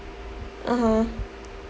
(uh huh)